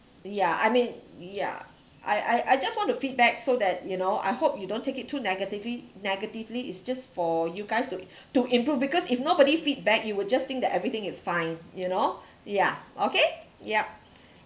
ya I mean yeah I I I just want to feedback so that you know I hope you don't take it too negatively negatively it's just for you guys to to improve because if nobody feedback you will just think that everything is fine you know ya okay yup